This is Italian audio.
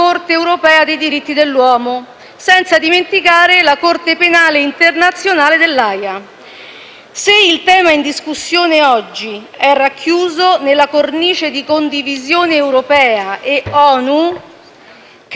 grazie a tutti.